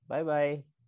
Bye-bye